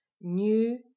new